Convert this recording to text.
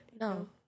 no